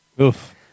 Oof